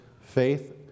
faith